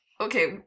okay